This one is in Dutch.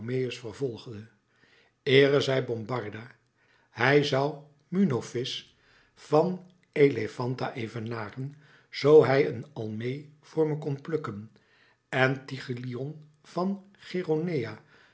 vervolgde eere zij bombarda hij zou munophis van elephanta evenaren zoo hij een almee voor me kon plukken en thygelion van cheronea